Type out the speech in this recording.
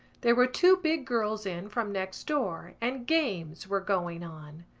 there were two big girls in from next door and games were going on.